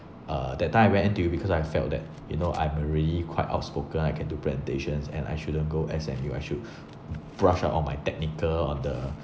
uh that time I went N_T_U because I felt that you know I'm already quite outspoken I can do presentations and I shouldn't go S_M_U I should brush up on my technical on the